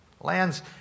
Land's